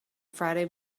friday